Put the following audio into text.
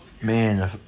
Man